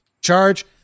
charge